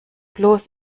bloß